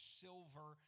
silver